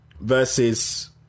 versus